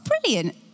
brilliant